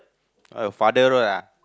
uh father road ah